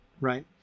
right